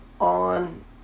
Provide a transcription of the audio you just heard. on